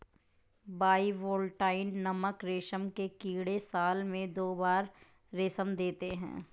bivoltine नामक रेशम के कीड़े साल में दो बार रेशम देते है